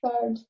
third